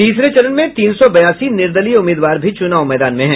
तीसरे चरण में तीन सौ बयासी निर्दलीय उम्मीदवार भी चुनाव मैदान में हैं